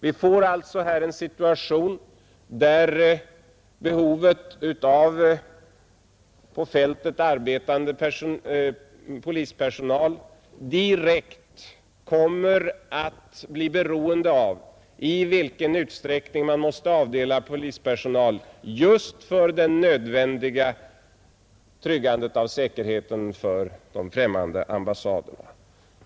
Vi får alltså här en situation, där behovet av på fältet arbetande polispersonal direkt kommer att bli beroende av i vilken utsträckning man måste avdela polispersonal just för det nödvändiga tryggandet av säkerheten för de främmande ambassaderna.